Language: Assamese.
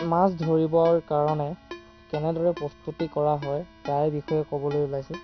মাছ ধৰিবৰ কাৰণে কেনেদৰে প্ৰস্তুতি কৰা হয় তাৰ বিষয়ে ক'বলৈ ওলাইছোঁ